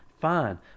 fine